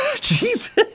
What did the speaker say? Jesus